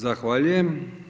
Zahvaljujem.